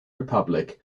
republic